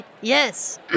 Yes